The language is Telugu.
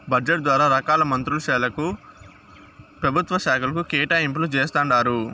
బడ్జెట్ ద్వారా రకాల మంత్రుల శాలకు, పెభుత్వ శాకలకు కేటాయింపులు జేస్తండారు